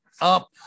up